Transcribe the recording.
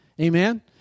Amen